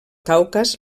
caucas